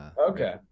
Okay